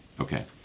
okay